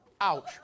Ouch